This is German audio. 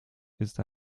ist